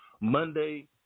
Monday